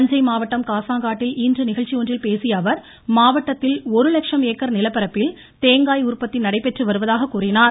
தஞ்சை மாவட்டம் காசங்காட்டில் இன்று நிகழ்ச்சி ஒன்றில் பேசியஅவர் மாவட்டத்தில் ஒரு லட்சம் ஏக்கர் நிலப்பரப்பில் தேங்காய் உற்பத்தி நடைபெற்று வருவதாக கூறினார்